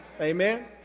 Amen